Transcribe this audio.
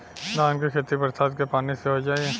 धान के खेती बरसात के पानी से हो जाई?